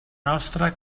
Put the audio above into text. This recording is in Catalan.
nostra